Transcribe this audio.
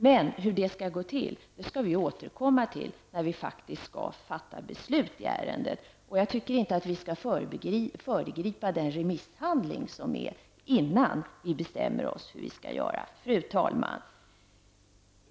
Men hur det skall gå till skall vi återkomma till när vi faktiskt skall fatta beslut i ärendet. Och jag tycker inte att vi skall föregripa remissbehandlingen utan vänta tills den är klar innan vi bestämmer oss för hur vi skall göra. Fru talman!